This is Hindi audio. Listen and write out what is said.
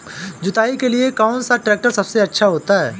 जुताई के लिए कौन सा ट्रैक्टर सबसे अच्छा होता है?